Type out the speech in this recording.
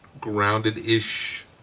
grounded-ish